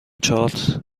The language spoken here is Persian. چارت